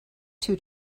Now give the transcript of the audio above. two